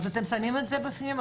אז אתם שמים את זה בפנים?